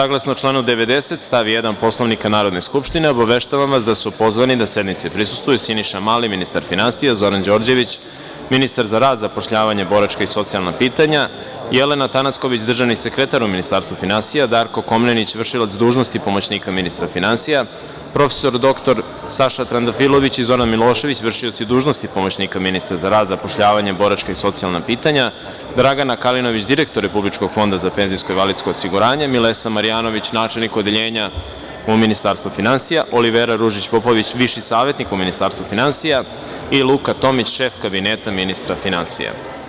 Saglasno članu 90. stav 1. Poslovnika Narodne skupštine, obaveštavam vas da su pozvani da sednici prisustvuju Siniša Mali, ministar finansija, Zoran Đorđević, ministar za rad, zapošljavanje, boračka i socijalna pitanja, Jelena Tanasković, državni sekretar u Ministarstvu finansija, Darko Komnenić, v.d. pomoćnika ministra finansija, prof. dr Saša Trandafilović i Zoran Milošević, v.d. pomoćnika ministra za rad, zapošljavanje, boračka i socijalna pitanja, Dragana Kalinović, direktor Republičkog fonda za PIO, Milesa Marjanović, načelnik odeljenja u Ministarstvu finansija, Olivera Ružić Popović, viši savetnik u Ministarstvu finansija i Luka Tomić, šef Kabinete ministra finansija.